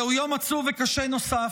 זהו יום עצוב וקשה נוסף.